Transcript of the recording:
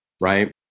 Right